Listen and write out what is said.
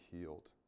healed